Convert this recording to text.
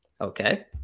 Okay